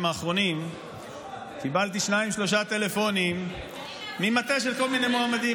האחרונים קיבלתי שניים-שלושה טלפונים ממטה של כל מיני מועמדים.